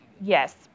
yes